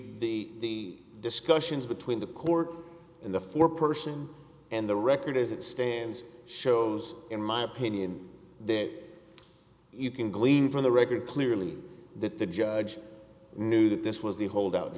the discussions between the court and the four person and the record as it stands shows in my opinion that you can glean from the record clearly that the judge knew that this was the holdout